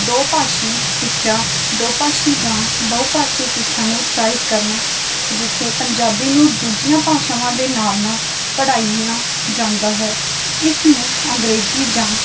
ਦੋ ਭਾਸ਼ੀ ਸਿੱਖਿਆ ਦੋ ਭਾਸ਼ੀ ਜਾਂ ਬਹੁਭਾਸ਼ੀ ਸਿੱਖਿਆ ਨੂੰ ਉਤਸ਼ਾਹਿਤ ਕਰਨਾ ਜਿੱਥੇ ਪੰਜਾਬੀ ਨੂੰ ਦੂਜੀਆਂ ਭਾਸ਼ਾਵਾਂ ਦੇ ਨਾਲ ਨਾਲ ਪੜ੍ਹਾਇਆ ਜਾਂਦਾ ਹੈ ਇਸ ਨੂੰ ਅੰਗਰੇਜ਼ੀ ਜਾਂ